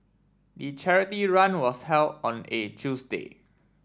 the charity run was held on a Tuesday